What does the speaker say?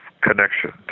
connection